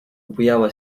bujała